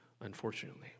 unfortunately